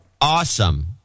Awesome